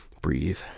breathe